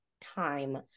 time